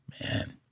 Man